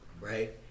right